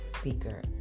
speaker